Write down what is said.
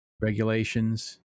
regulations